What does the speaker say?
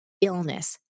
illness